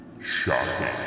Shocking